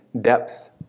depth